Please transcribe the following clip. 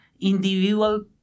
individual